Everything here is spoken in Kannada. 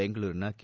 ಬೆಂಗಳೂರಿನ ಕೆ